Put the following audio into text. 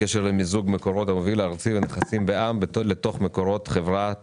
בקשר למיזוג מקורות המוביל הארצי לנכסים בע"מ לתוך מקורות חברת